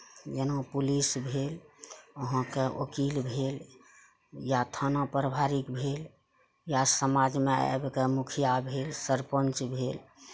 जेना पुलिस भेल अहाँके वकील भेल या थाना परिवारिक भेल या समाजमे आबि कऽ मुखिया भेल सरपञ्च भेल